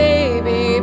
Baby